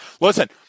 Listen